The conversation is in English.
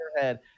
head